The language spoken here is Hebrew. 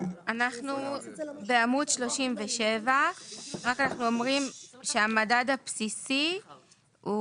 אנחנו בעמוד 37. אנחנו אומרים שהמדד הבסיסי הוא